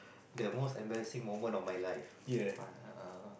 the most embarrassing moment of my life err